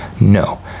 No